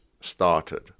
started